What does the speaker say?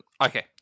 Okay